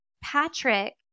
Patrick